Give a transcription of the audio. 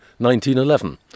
1911